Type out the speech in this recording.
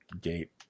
gate